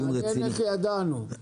מעניין איך ידענו.